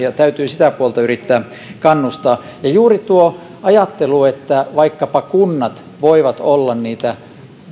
ja täytyy sitä puolta yrittää kannustaa ja juuri tuo ajattelu että vaikkapa kunnat voivat olla niitä